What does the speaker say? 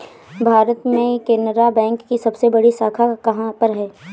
भारत में केनरा बैंक की सबसे बड़ी शाखा कहाँ पर है?